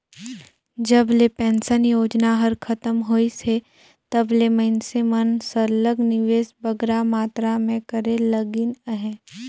जब ले पेंसन योजना हर खतम होइस हे तब ले मइनसे मन सरलग निवेस बगरा मातरा में करे लगिन अहे